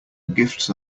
gifts